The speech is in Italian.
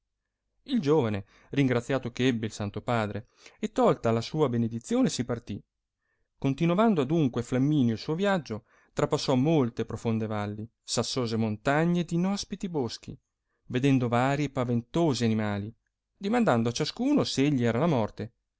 il giovane ringraziato eh ebbe il santo padre e tolta la sua benedizione si partì continovando adunque flamminio il suo viaggio trapassò molte profonde valli sassose montagne ed inospiti boschi vedendo vari e paventosi animali dimandando a ciascuno s egli era la morte